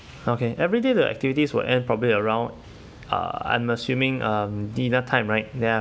okay everyday the activities will end probably around uh I'm assuming um dinner time right ya